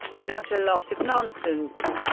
not a lot of nonsense.